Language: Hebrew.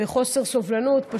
בחוסר סובלנות,